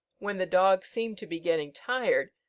when the dog seemed to be getting tired,